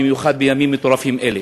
במיוחד בימים מטורפים אלה.